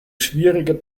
schwierige